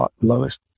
lowest